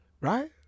Right